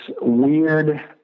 weird